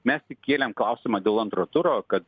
mes tik kėlėm klausimą dėl antro turo kad